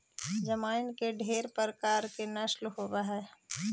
जमाइन के ढेर प्रकार के नस्ल होब हई